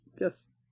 Yes